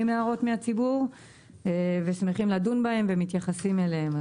הערות מהציבור ושמחים לדון בהן ומייחסים אליהן.